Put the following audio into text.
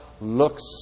looks